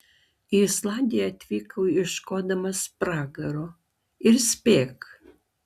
į islandiją atvykau ieškodamas pragaro ir spėk